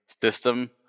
system